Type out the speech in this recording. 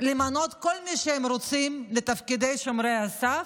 למנות כל מי שהם רוצים לתפקידי שומרי הסף,